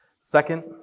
Second